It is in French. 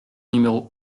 numéro